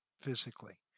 physically